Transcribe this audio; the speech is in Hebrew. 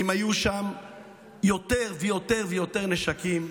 אם היו שם יותר ויותר ויותר נשקים,